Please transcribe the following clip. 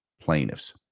plaintiffs